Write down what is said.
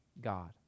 God